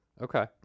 Okay